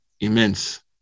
immense